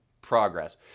progress